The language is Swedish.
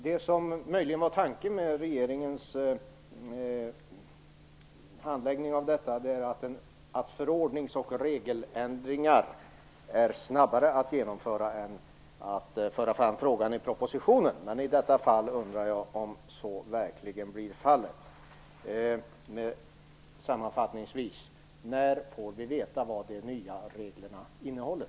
Det som möjligen är tanken med regeringens handläggning av detta är att förordnings och regeländringar går snabbare att genomföra än om man för fram frågan i propositionen. Men i detta fall undrar jag om så verkligen blir fallet. Sammanfattningsvis: När får vi veta vad de nya reglerna innehåller?